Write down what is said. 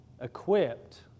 equipped